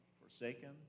forsaken